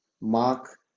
Mark